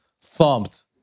thumped